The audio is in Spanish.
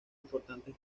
importantes